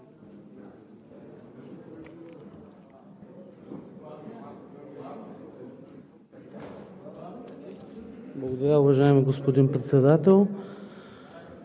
Благодаря, уважаеми господин Председател!